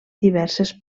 diverses